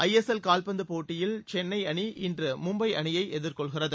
ஐ S L கால்பந்துபோட்டியில் சென்னைஅணி இன்று மும்பை அணியைஎதிர்கொள்கிறது